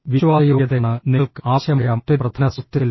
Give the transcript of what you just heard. വിശ്വാസയോഗ്യതയാണ് നിങ്ങൾക്ക് ആവശ്യമായ മറ്റൊരു പ്രധാന സോഫ്റ്റ് സ്കിൽ